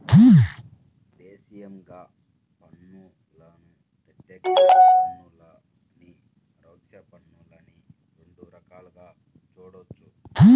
దేశీయంగా పన్నులను ప్రత్యక్ష పన్నులనీ, పరోక్ష పన్నులనీ రెండు రకాలుగా చూడొచ్చు